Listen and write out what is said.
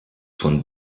von